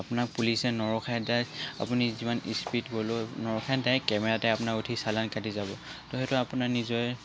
আপোনাক পুলিচে নৰখায় আপুনি যিমান স্পিড গ'লেও নৰখায় ডাইৰেক্ট কেমেৰাতে আপোনাক উঠি চালান কাটি যাব ত' সেইটো আপোনাৰ নিজৰে